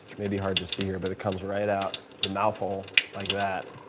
which may be hard to see here, but it comes right out the mouth hole like that,